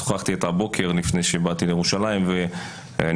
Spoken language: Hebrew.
שוחחתי איתה הבוקר לפני שבאתי לירושלים ואני